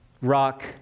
rock